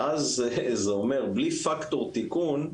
ואז זה אומר בלי פקטור תיקון,